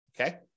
okay